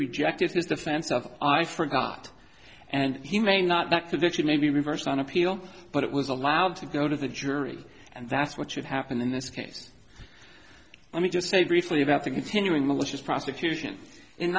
rejected his defense of i forgot and he may not activity may be reversed on appeal but it was allowed to go to the jury and that's what should happen in this case let me just say briefly about the continuing malicious prosecution in